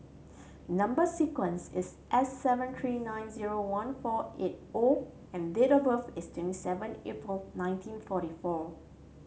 number sequence is S seven three nine zero one four eight O and date of birth is twenty seven April nineteen forty four